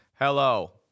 hello